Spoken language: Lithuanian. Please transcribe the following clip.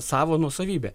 savo nuosavybę